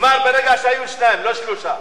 נגמר ברגע שהיו שניים, לא שלושה.